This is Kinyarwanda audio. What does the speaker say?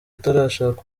atarashaka